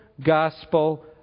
gospel